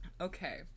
okay